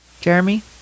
Jeremy